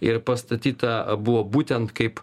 ir pastatyta buvo būtent kaip